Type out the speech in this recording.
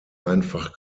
einfach